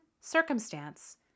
circumstance